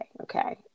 okay